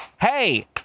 hey